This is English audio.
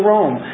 Rome